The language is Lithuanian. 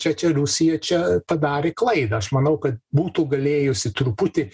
čia čia rusija čia padarė klaidą aš manau kad būtų galėjusi truputį